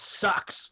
sucks